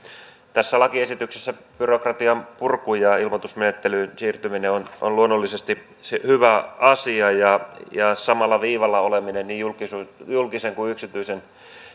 tässä lakiesityksessä byrokratian purkuun ja ja ilmoitusmenettelyyn siirtyminen on on luonnollisesti se hyvä asia ja ja samalla viivalla oleminenhan niin julkisen kuin yksityisen